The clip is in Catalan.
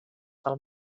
del